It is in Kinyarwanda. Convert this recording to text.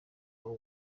w’u